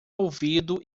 ouvido